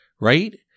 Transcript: right